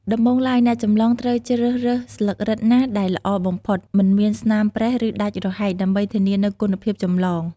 ដំបូងឡើយ អ្នកចម្លងត្រូវជ្រើសរើសស្លឹករឹតណាដែលល្អបំផុត មិនមានស្នាមប្រេះ ឬដាច់រហែក ដើម្បីធានានូវគុណភាពចម្លង។